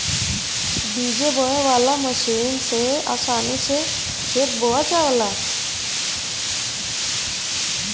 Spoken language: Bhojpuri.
बीज बोवे वाला मशीन से आसानी से खेत बोवा जाला